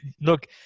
look